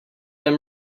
them